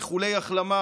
איחולי החלמה